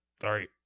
Sorry